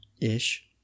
ish